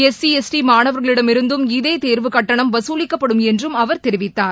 S C S T மாணவர்களிடம் இருந்தும் இதேதேர்வு கட்டணம் வசூலிக்கப்படும் என்றும் அவர் தெரிவித்தார்